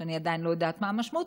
שאני עדיין לא יודעת מה המשמעות,